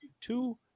two